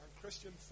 Christian